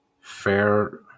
fair